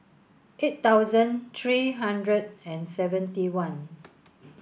eight thousand three hundred and seventy one